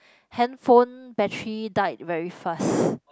handphone battery died very fast